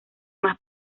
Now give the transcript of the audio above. más